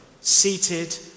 seated